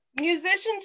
Musicians